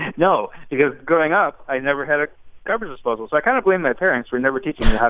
no because growing up, i never had a garbage disposal. so i kind of blame my parents for never teaching yeah